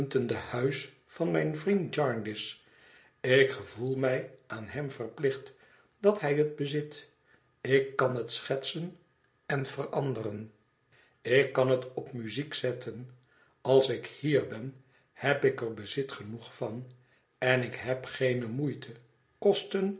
het uitmuntende huis van mijn vriend jarndyce ik gevoel mij aan hem verplicht dat hij het bezit ik kan het schetsen en veranderen ik kan het op muziek zetten als ik hier ben heb ik er bezit genoeg van en ik heb geene moeite kosten